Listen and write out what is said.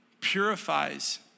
purifies